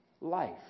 life